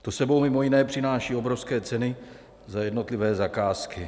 To s sebou mimo jiné přináší obrovské ceny za jednotlivé zakázky.